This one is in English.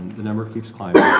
the number keeps climbing.